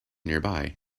nearby